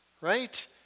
right